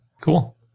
Cool